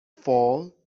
fall